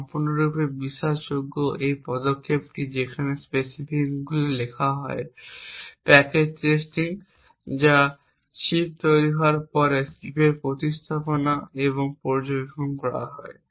যা সম্পূর্ণরূপে বিশ্বাসযোগ্য এই পদক্ষেপটি যেখানে স্পেসিফিকেশনগুলি লেখা হয় প্যাকেজ টেস্টিং যা চিপ তৈরি হওয়ার পরে চিপের স্থাপনা এবং পর্যবেক্ষণ করা হয়